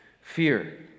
Fear